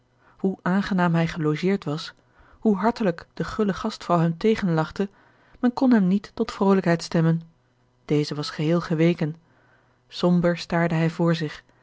hoe aangenaam hij gelogeerd was hoe hartelijk de gulle gastvrouw hem tegenlachte men kon hem niet tot vrolijkheid stemmen deze was geheel geweken somber staarde hij voor zich